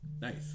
nice